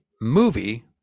movie